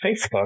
Facebook